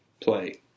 play